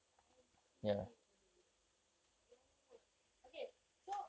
I see oh okay so